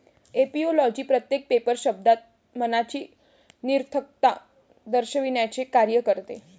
ऍपिओलॉजी प्रत्येक पेपर शब्दात मनाची निरर्थकता दर्शविण्याचे कार्य करते